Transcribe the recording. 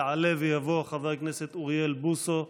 יעלה ויבוא חבר הכנסת אוריאל בוסו,